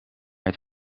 het